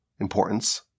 importance